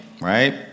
right